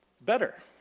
better